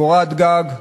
קורת-גג,